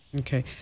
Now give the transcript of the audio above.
Okay